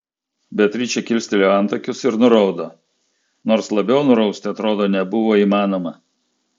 beatričė kilstelėjo antakius ir nuraudo nors labiau nurausti atrodo nebuvo įmanoma